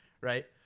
right